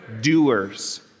doers